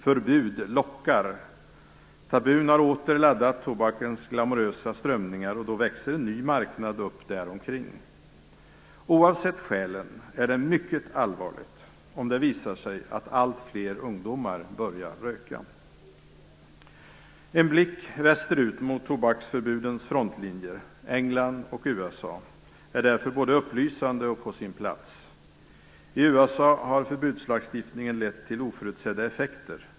Förbud lockar. Detta har åter gynnat tobakens glamorösa strömningar, och då växer en ny marknad upp däromkring. Oavsett skälen är det mycket allvarligt om det visar sig att allt fler ungdomar börjar röka. En blick västerut mot tobaksförbudens frontlinjer - England och USA - är därför både upplysande och på sin plats. I USA har förbudslagstiftningen lett till oförutsedda effekter.